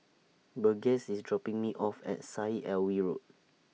Burgess IS dropping Me off At Syed Alwi Road